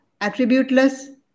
attributeless